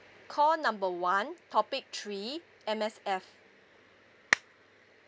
call number one topic three M_S_F